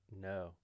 No